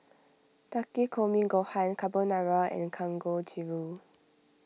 Takikomi Gohan Carbonara and Kangojiru